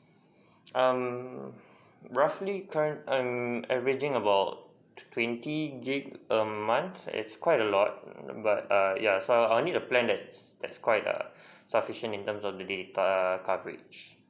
um roughly current um a ranging about twenty gig a month it's quite a lot but err yeah so I would need a plan that that's quite sufficient in terms of the data coverage